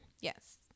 Yes